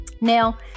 now